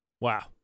Wow